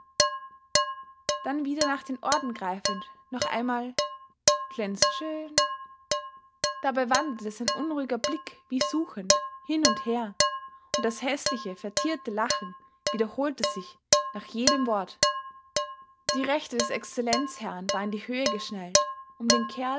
dann wieder nach den orden greifend noch einmal glänzt schön dabei wanderte sein unruhiger blick wie suchend hin und her und das häßliche vertierte lachen wiederholte sich nach jedem wort die rechte des excellenzherrn war in die höhe geschnellt um den kerl